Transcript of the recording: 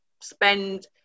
spend